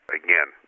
again